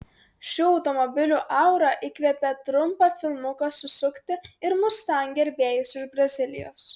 šių automobilių aura įkvėpė trumpą filmuką susukti ir mustang gerbėjus iš brazilijos